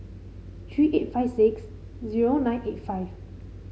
three eight five six zero nine eight five